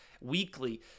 weekly